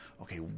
okay